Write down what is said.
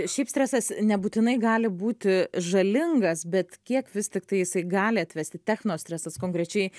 šiaip stresas nebūtinai gali būti žalingas bet kiek vis tiktai jisai gali atvesti techno stresas konkrečiai